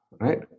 right